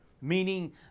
meaning